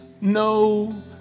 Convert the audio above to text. no